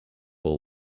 will